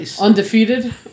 undefeated